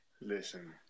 listen